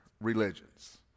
religions